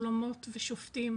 אולמות ושופטים